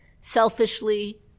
selfishly